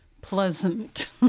pleasant